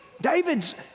David's